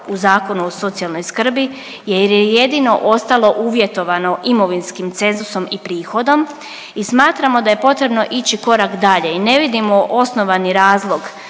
u Zakonu o socijalnoj skrbi, jer je jedino ostalo uvjetovano imovinskim cenzusom i prihodom. I smatramo da je potrebno ići korak dalje i ne vidimo osnovani razlog